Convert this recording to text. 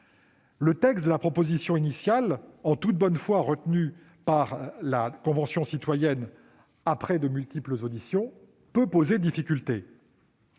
Le texte de la proposition initiale, retenu en toute bonne foi par la Convention citoyenne, après de multiples auditions, peut poser des difficultés,